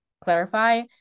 clarify